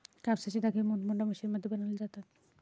कापसाचे धागे मोठमोठ्या मशीनमध्ये बनवले जातात